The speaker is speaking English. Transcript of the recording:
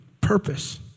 purpose